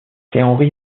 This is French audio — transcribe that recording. henri